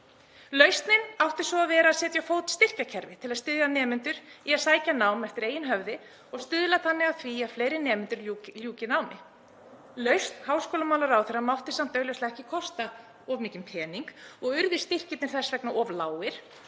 Lausnin átti svo að vera að setja á fót styrkjakerfi til að styðja nemendur í að sækja nám eftir eigin höfði og stuðla þannig að því að fleiri nemendur lykju námi. Lausn háskólamálaráðherra mátti samt augljóslega ekki kosta of mikinn pening og urðu styrkirnir þess vegna of lágir